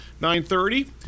9.30